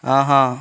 ஆஹா